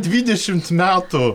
dvidešimt metų